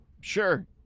Sure